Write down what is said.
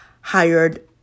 hired